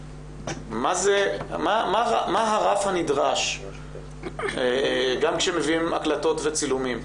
מה הרף הנדרש גם כשמביאים הקלטות וצילומים?